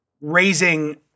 raising